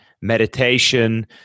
meditation